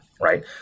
right